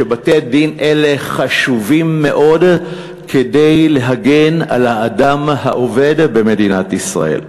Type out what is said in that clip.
שבתי-הדין האלה חשובים מאוד כדי להגן על האדם העובד במדינת ישראל.